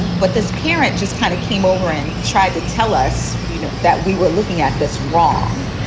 but this parent just kind of came over and tried to tell us you know that we were looking at this wrong.